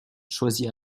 choisit